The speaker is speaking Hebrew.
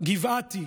גבעתי,